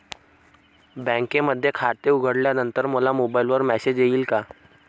बँकेमध्ये खाते उघडल्यानंतर मला मोबाईलवर मेसेज येईल का?